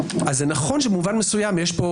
נכון שבמובן מסוים יש פה,